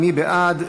מי בעד?